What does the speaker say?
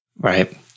Right